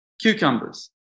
cucumbers